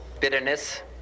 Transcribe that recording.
bitterness